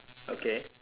okay